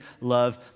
love